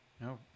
No